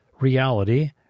reality